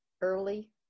early